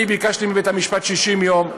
אני ביקשתי מבית-המשפט 60 יום.